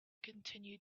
continue